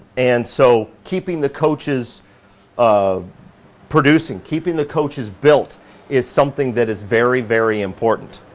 and so keeping the coaches um producing, keeping the coaches built is something that is very very important.